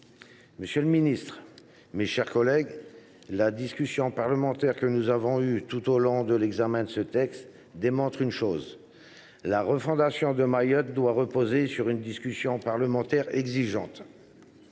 Monsieur le ministre, mes chers collègues, les débats que nous avons eus tout au long de l’examen de ce texte démontrent que la refondation de Mayotte doit reposer sur une discussion parlementaire exigeante.